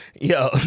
Yo